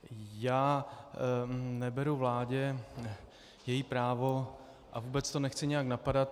Já neberu vládě její právo a vůbec to nechci nějak napadat.